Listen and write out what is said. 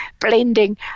blending